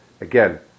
again